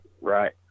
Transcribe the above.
Right